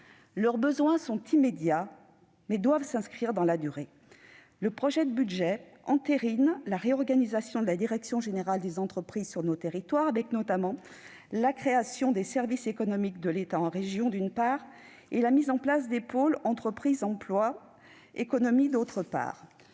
Leurs besoins sont immédiats, mais doivent aussi trouver des réponses dans la durée. Le projet de budget entérine la réorganisation de la direction générale des entreprises sur nos territoires, avec notamment la création des services économiques de l'État en région et la mise en place de pôles « entreprises, emploi, économie ».